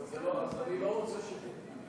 אז אני לא רוצה שתטעי.